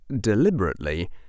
deliberately